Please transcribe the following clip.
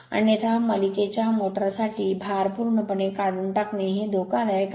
अन्यथा मालिकेच्या मोटर साठी भार पूर्णपणे काढून टाकणे हे धोकादायक आहे